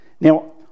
Now